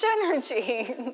energy